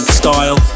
style